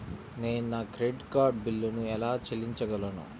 నేను నా credit card బిల్లును ఎలా చెల్లించగలను?